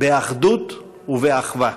באחדות ובאחווה.